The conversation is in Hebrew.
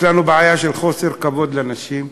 יש לנו בעיה של חוסר כבוד לנשים,